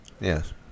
Yes